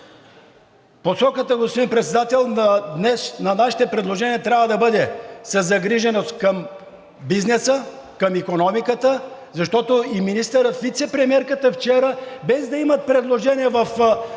посоката, господин Председател, на нашите предложения трябва да бъде със загриженост към бизнеса, към икономиката, защото и министърът, вицепремиерката вчера, без да има предложения в бюджета,